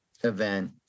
event